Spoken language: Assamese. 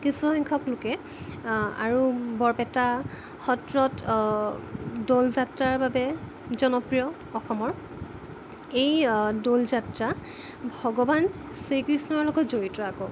কিছু সংখ্যক লোকে আৰু বৰপেটা সত্ৰত দৌলযাত্ৰাৰ বাবে জনপ্ৰিয় অসমৰ এই দৌলযাত্ৰা ভগৱান শ্ৰীকৃষ্ণৰ লগত জড়িত আকৌ